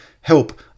help